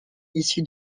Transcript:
issues